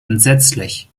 entsetzlich